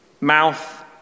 mouth